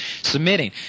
submitting